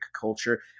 culture